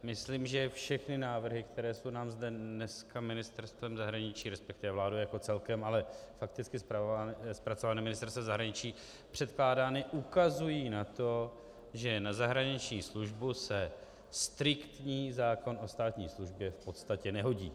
Myslím, že všechny návrhy, které jsou nám zde dneska ministerstvem zahraničí, respektive vládou jako celkem, ale fakticky zpracované ministerstvem zahraničí, překládány, ukazují na to, že na zahraniční službu se striktní zákon o státní službě v podstatě nehodí.